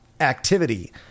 activity